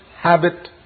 habit